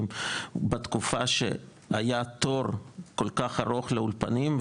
בתקופה שהיה תור כל כך ארוך לאולפנים,